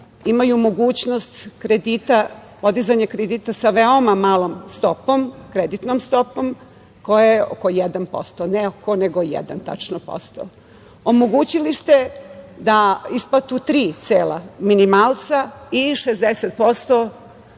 imaju mogućnost kredita, podizanja kredita sa veoma malom stopom, kreditnom stopom koja je oko 1%, ne oko, nego tačno 1%.Omogućili ste isplatu tri cela minimalca i 60%